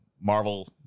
Marvel